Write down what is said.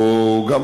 או גם